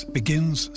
begins